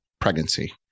pregnancy